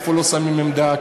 איפה לא שמים עמדה,